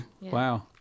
wow